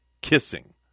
kissing